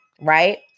right